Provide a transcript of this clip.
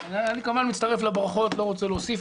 אני כמובן מצטרף לברכות, לא רוצה להוסיף.